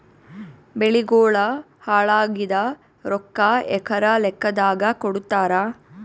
ಬೆಳಿಗೋಳ ಹಾಳಾಗಿದ ರೊಕ್ಕಾ ಎಕರ ಲೆಕ್ಕಾದಾಗ ಕೊಡುತ್ತಾರ?